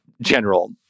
general